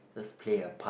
just play a part